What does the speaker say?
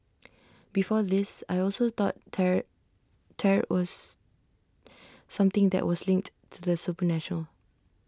before this I also thought tarot Tarot was something that was linked to the supernatural